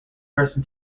person